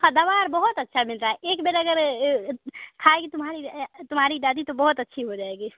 हँ दवा आर बहुत अच्छा मिल रहा एक बेर अगर खाएगी तुम्हारी तुम्हारी दादी तो बहुत अच्छी हो जाएगी